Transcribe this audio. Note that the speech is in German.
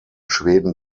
schweden